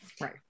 Right